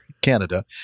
Canada